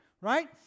right